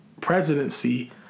presidency